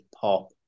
pop